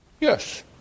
Yes